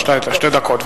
שתי דקות.